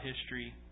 history